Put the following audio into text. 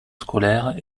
scolaire